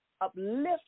uplift